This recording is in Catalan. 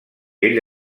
ell